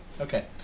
Okay